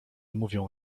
mówią